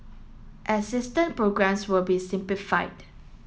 assistant programmes will be simplified